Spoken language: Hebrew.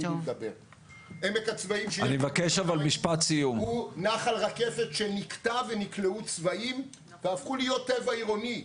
עמק הצבאים הוא נחל רקפת שנקטע ונכלאו צבאים והפכו להיות טבע עירוני.